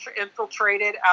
infiltrated